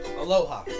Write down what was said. Aloha